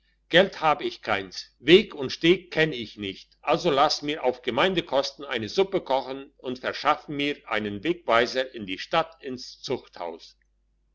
geld hab ich keins weg und steg kenn ich nicht also lasst mir auf gemeindekosten eine suppe kochen und verschafft mir einen wegweiser in die stadt ins zuchthaus